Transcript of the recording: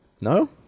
No